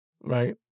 right